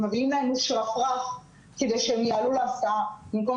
ומביאים איזשהו שרפרף כדי שהם יעלו להסעה במקום